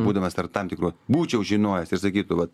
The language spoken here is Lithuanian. būdamas tarp tam tikrų būčiau žinojęs ir sakytų vat